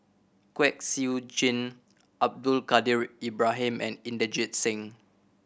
Kwek Siew Jin Abdul Kadir Ibrahim and Inderjit Singh